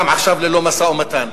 ועכשיו גם ללא משא-ומתן.